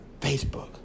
Facebook